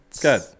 Good